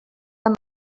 amb